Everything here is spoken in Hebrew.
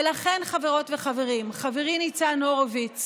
ולכן, חברות וחברים, חברי ניצן הורוביץ